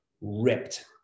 ripped